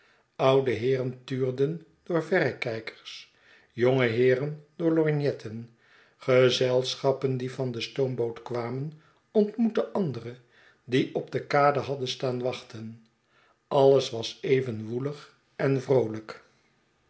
oude heeren tuurden door verrekijkers jonge heeren door lorgnetten gezelschappen die van de stoomboot kwamen ontmoetten andere die op de kade hadden staan wachten alles was even woelig en vroolijk